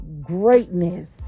greatness